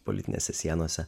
politinėse sienose